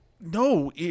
No